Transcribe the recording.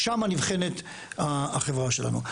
שם נבחנת החברה שלנו.